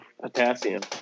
potassium